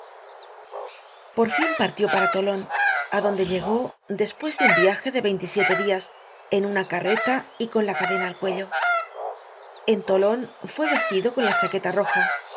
por fin partió para tolon adonde llegó despues de un viaje de veintisiete dias en una carreta y con la cadena al cuello en tolon fue vestido con la chaqueta roja